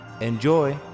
Enjoy